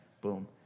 Boom